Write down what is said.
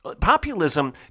populism